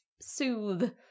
soothe